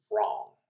wrong